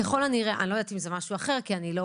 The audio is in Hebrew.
אני לא יודעת אם זה משהו אחר כי אני לא